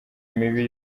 mibi